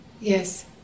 Yes